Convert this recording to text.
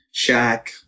Shaq